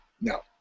no